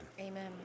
Amen